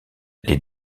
les